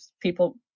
people